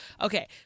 okay